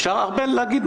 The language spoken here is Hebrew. אפשר, ארבל, להגיד?